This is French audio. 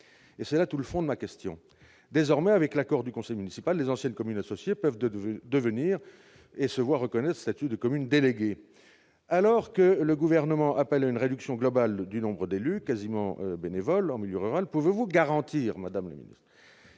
? C'est là tout le fond de ma question. Désormais, avec l'accord du conseil municipal, les anciennes communes associées peuvent se voir reconnaître le statut de commune déléguée. Alors que le Gouvernement appelle à une réduction globale du nombre d'élus, pourtant quasiment bénévoles en milieu rural, pouvez-vous garantir, madame la ministre,